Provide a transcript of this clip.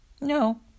No